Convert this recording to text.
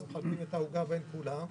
אז מחלקים את העוגה בין כולם.